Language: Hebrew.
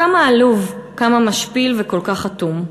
כמה עלוב, כמה משפיל וכל כך אטום.